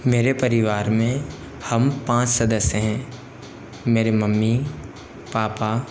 मेरे परिवार में हम पाँच सदस्य हैं मेरे मम्मी पापा